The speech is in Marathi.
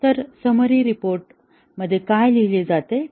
तर समरी रिपोर्ट मध्ये काय लिहिले जाते